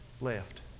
left